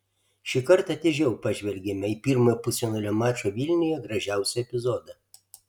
šį kartą atidžiau pažvelgėme į pirmojo pusfinalio mačo vilniuje gražiausią epizodą